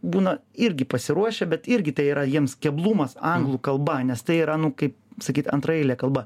būna irgi pasiruošę bet irgi tai yra jiems keblumas anglų kalba nes tai yra nu kaip sakyt antraeilė kalba